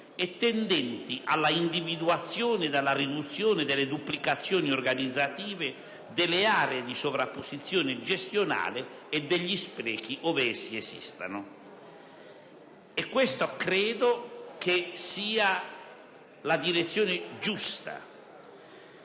e tendenti alla individuazione ed alla riduzione delle duplicazioni organizzative, delle aree di sovrapposizione gestionale e degli sprechi, ove essi esistano. Credo che questa sia la direzione giusta.